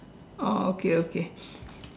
oh okay okay